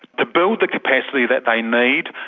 to build the capacity that they need,